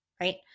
right